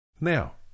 Now